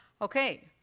Okay